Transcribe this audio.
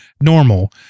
normal